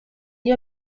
gli